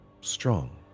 strong